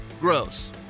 Gross